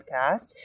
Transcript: podcast